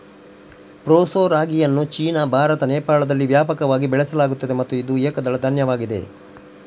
proso ರಾಗಿಯನ್ನು China, Bharat, ನೇಪಾಳದಲ್ಲಿ ವ್ಯಾಪಕವಾಗಿ ಬೆಳೆಸಲಾಗುತ್ತದೆ ಮತ್ತು ಇದು ಏಕದಳ ಧಾನ್ಯವಾಗಿದೆ